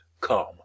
calm